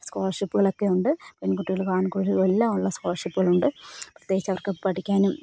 സ്കോളർഷിപ്പുകളൊക്കെ ഉണ്ട് പെൺകുട്ടികൾ ആൺക്കുട്ടികളും എല്ലാം ഉള്ള സ്കോളർഷിപ്പുകളുണ്ട് പ്രത്യേകിച്ചവർക്ക് പഠിക്കാനും